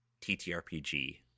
TTRPG